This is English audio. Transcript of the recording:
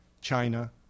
China